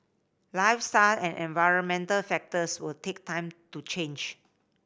lifestyle and environmental factors will take time to change